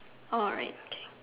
alright okay